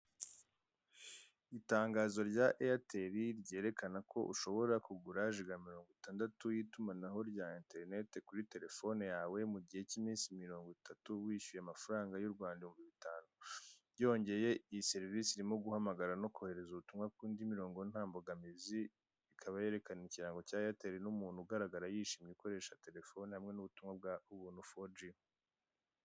Itangazo rya "airtel" ryerekana ko ushobora kugura jiga mirongo itandatu y'itumanaho rya interinete kuri telefone yawe, mugihe cy'iminsi mirongo itatu, wishyuye amafaranga y'u Rwanda ibihumbi bitanu, Byongeye iyi serivise irimo guhamagara no kohereza ubutumwa ku yindi mirongo nta mbogamizi; ikaba yerekana ikirango cya "airtel" n'umuntu ugaragara yishimye, ukoresha telefone hamwe n'ubutumwa bwa ubuntu 4G.